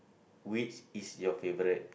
which is your favourite